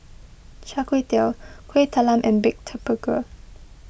Char Kway Teow Kuih Talam and Baked Tapioca